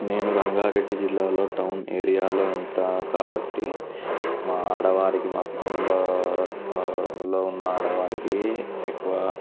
నేను రంగారెడ్డి జిల్లాలో టౌన్ ఏరియాలో ఉంటాను కాబట్టి మా ఆడవారికి మా కుటుంబంలో ఉన్న ఆడవారికి ఎక్కువ